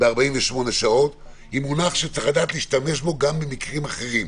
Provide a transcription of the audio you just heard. ב-48 שעות היא מונח שצריך לדעת להשתמש בו גם במקרים אחרים,